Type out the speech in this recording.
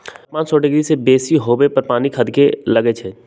तापमान सौ डिग्री से बेशी होय पर पानी खदके लगइ छै